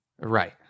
Right